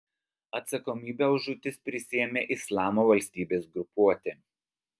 atsakomybę už žūtis prisiėmė islamo valstybės grupuotė